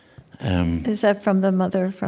um is that from the mother, from,